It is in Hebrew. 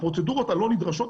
הפרוצדורות הלא נדרשות,